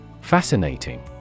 Fascinating